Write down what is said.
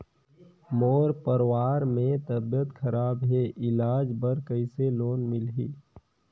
मोर परवार मे तबियत खराब हे इलाज बर कइसे लोन मिलही?